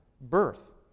birth